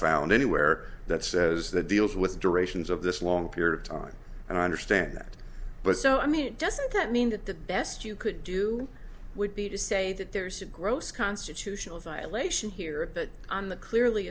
found anywhere that says that deals with durations of this long period of time and i understand that but so i mean doesn't that mean that the best you could do would be to say that there's a gross constitutional violation here but on the clearly